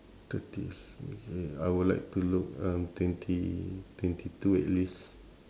thirties okay I would like to look um twenty twenty two at least